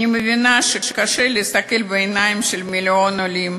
אני מבינה שקשה להסתכל בעיניים של מיליון עולים.